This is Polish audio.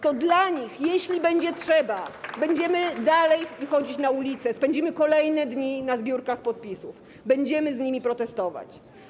To dla nich, jeśli będzie trzeba, będziemy dalej wychodzić na ulice, spędzimy kolejne dni na zbiórkach podpisów, będziemy z nimi protestować.